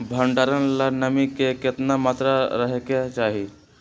भंडारण ला नामी के केतना मात्रा राहेके चाही?